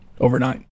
overnight